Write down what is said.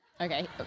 Okay